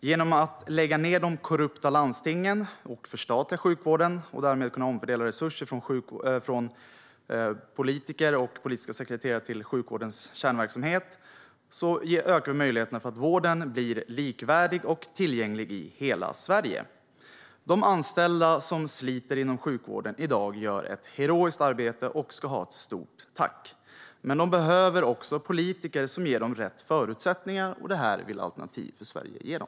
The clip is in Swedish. Genom att lägga ned de korrupta landstingen och förstatliga sjukvården, och därmed omfördela resurser från politiker och politiska sekreterare till sjukvårdens kärnverksamhet, ökar möjligheterna för vården att bli likvärdig och tillgänglig i hela Sverige. De anställda som sliter inom sjukvården i dag gör ett heroiskt arbete och ska ha ett stort tack, men de behöver också politiker som ger dem rätt förutsättningar - och det vill Alternativ för Sverige ge dem.